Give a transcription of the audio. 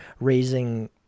raising